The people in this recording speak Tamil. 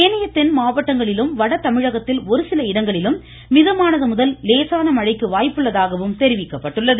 ஏனைய தென்மாவட்டங்களிலும் வடதமிழகத்தில் ஒருசில இடங்களிலும் மிதமானது முதல் லேசான மழைக்கு வாய்ப்புள்ளதாகவும் இம்மையம் கூறியுள்ளது